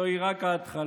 זוהי רק ההתחלה.